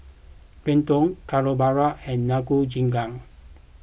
Gyudon Carbonara and Nikujaga